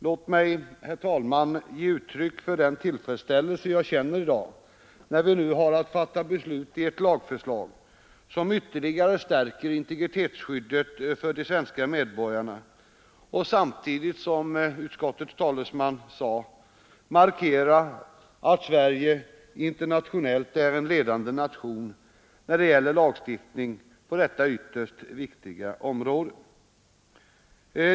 Låt mig, herr talman, ge uttryck för den tillfredsställelse jag känner i dag när vi nu har att fatta beslut i ett lagförslag som ytterligare stärker integritetsskyddet för de svenska medborgarna och samtidigt, som utskottets talesman sade, markerar att Sverige internationellt är en ledande nation när det gäller lagstiftning på detta ytterst viktiga område.